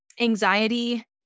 anxiety